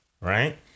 Right